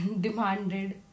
demanded